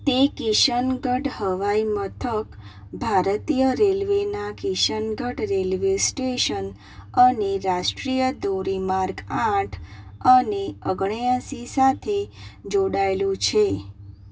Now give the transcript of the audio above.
તે કિશનગઢ હવાઈમથક ભારતીય રેલવેના કિશનગઢ રેલવે સ્ટેશન અને રાષ્ટ્રીય ધોરીમાર્ગ આઠ અને ઓગણએંશી સાથે જોડાયેલું છે